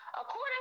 according